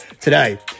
today